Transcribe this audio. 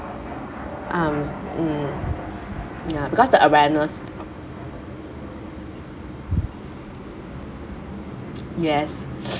um mm ya because the awareness yes